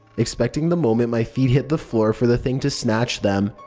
expecting the moment my feet hit the floor for the thing to snatch them.